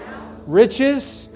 riches